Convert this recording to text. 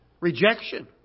Rejection